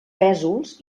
pèsols